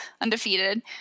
undefeated